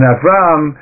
Avram